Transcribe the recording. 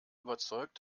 überzeugt